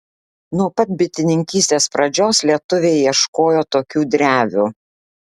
nuo pat bitininkystės pradžios lietuviai ieškojo tokių drevių